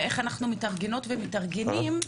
ואיך אנחנו מתארגנות ומתארגנים,